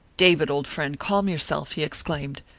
david, old friend, calm yourself! he exclaimed.